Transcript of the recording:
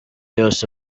yose